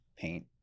paint